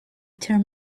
term